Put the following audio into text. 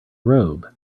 robe